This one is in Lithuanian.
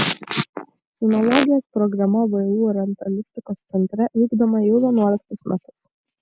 sinologijos programa vu orientalistikos centre vykdoma jau vienuoliktus metus